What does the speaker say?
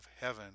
heaven